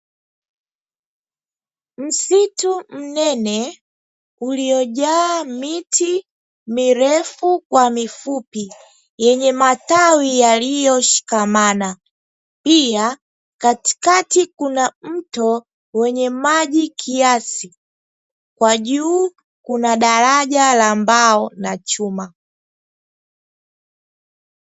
Msitu mnene uliojaa miti mirefu kwa mifupi, yenye matawi yaliyoshikamana pia katikati kuna mto wenye maji kiasi, kwa juu kuna daraja la mbao na chuma.